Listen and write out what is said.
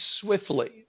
swiftly